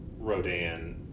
Rodan